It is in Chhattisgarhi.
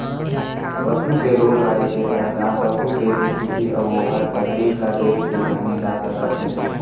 पसू के रोग राई के पहचान पसू के इस्थिति अउ ओखर तकलीफ ल देखके जाने जा सकत हे